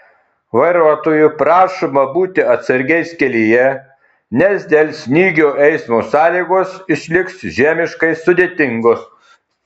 vairuotojų prašoma būti atsargiais kelyje nes dėl snygio eismo sąlygos išliks žiemiškai sudėtingos